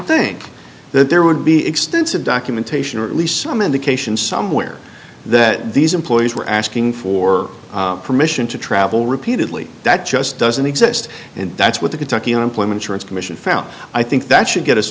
think that there would be extensive documentation or at least some indication somewhere that these employees were asking for permission to travel repeatedly that just doesn't exist and that's what the kentucky unemployment insurance commission found i think that should get us